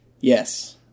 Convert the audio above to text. Yes